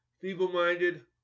feeble-minded